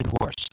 horse